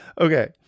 Okay